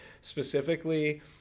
specifically